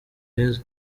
heza